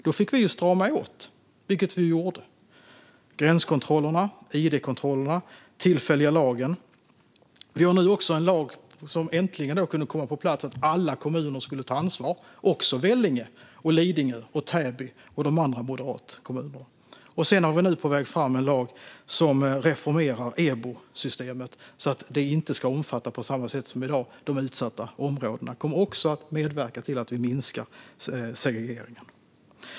Då fick vi strama åt, vilket vi gjorde genom gränskontrollerna, idkontrollerna och den tillfälliga lagen. Vi har nu också den lag som då äntligen kunde komma på plats som säger att alla kommuner ska ta ansvar - också Vellinge och Lidingö och Täby och de andra moderatkommunerna. Vi har också på väg fram en lag som reformerar EBO-systemet så att det inte på samma sätt som i dag ska omfatta de utsatta områdena. Även detta kommer att medverka till att vi minskar segregationen.